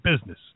business